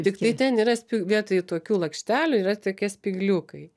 tiktai ten yra spig vietoj tokių lakštelių yra tokie spygliukai